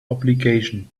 obligation